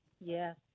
Yes